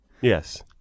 Yes